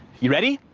you ready?